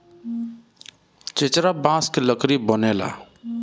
चेचरा बांस के लकड़ी बनेला